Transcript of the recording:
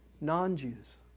non-Jews